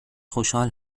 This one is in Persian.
خوشحال